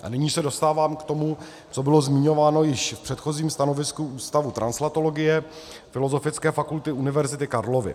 A nyní se dostávám k tomu, co bylo zmiňováno již v předchozím stanovisku Ústavu translatologie Filozofické fakulty Univerzity Karlovy.